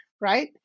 right